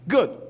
Good